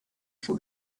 for